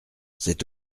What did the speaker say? cet